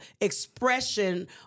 expression